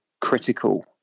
critical